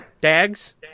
dags